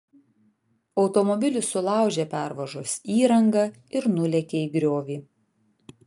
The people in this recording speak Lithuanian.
automobilis sulaužė pervažos įrangą ir nulėkė į griovį